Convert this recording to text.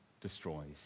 destroys